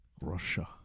Russia